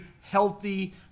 healthy